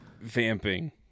vamping